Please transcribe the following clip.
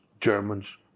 Germans